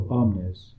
omnes